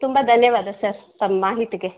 ತುಂಬ ಧನ್ಯವಾದ ಸರ್ ತಮ್ಮ ಮಾಹಿತಿಗೆ